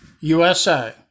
USA